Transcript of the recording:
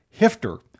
Hifter